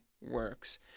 works